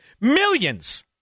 millions